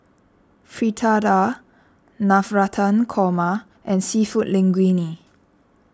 Fritada Navratan Korma and Seafood Linguine